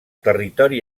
territori